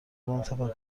نیازمند